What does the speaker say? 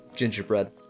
Gingerbread